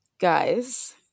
guys